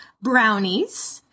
brownies